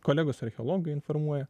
kolegos archeologai informuoja